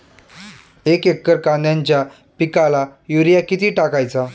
एक एकर कांद्याच्या पिकाला युरिया किती टाकायचा?